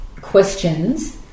questions